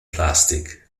plastic